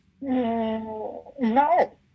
No